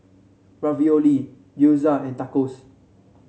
Ravioli Gyoza and Tacos